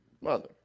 mother